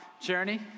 journey